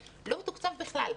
לא מתוקצב בכלל.